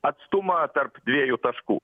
atstumą tarp dviejų taškų